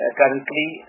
currently